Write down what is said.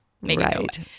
right